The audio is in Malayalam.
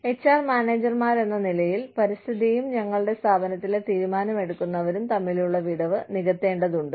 എച്ച്ആർ മാനേജർമാരെന്ന നിലയിൽ പരിസ്ഥിതിയും ഞങ്ങളുടെ സ്ഥാപനത്തിലെ തീരുമാനമെടുക്കുന്നവരും തമ്മിലുള്ള വിടവ് നികത്തേണ്ടതുണ്ട്